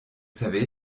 savez